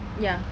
ya